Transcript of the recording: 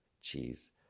cheese